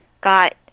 got